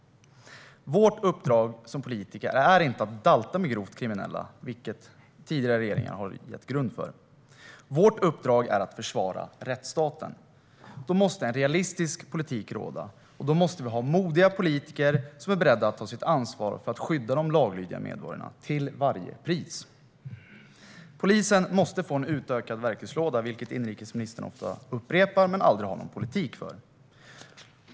Vårt uppdrag som politiker är inte att dalta med grovt kriminella, vilket tidigare regeringar har gett grund för. Vårt uppdrag är i stället att försvara rättsstaten. Då måste en realistisk politik råda, och då måste vi ha modiga politiker som är beredda att ta sitt ansvar för att skydda de laglydiga medborgarna till varje pris. Polisen måste få en utökad verktygslåda, vilket inrikesministern ofta upprepar men aldrig har någon politik för.